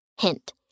Hint